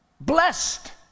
blessed